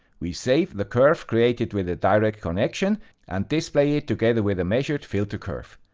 we save the curve created with the direct connection and display it together with the measured filter curve.